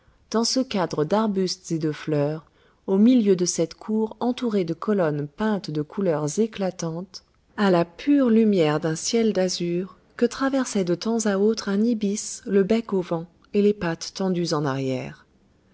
dans ce cadre d'arbustes et de fleurs au milieu de cette cour entourée de colonnes peintes de couleurs éclatantes à la pure lumière d'un ciel d'azur que traversait de temps à autre un ibis le bec au vent et les pattes tendues en arrière